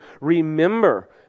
remember